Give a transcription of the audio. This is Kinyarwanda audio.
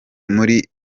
muri